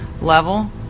level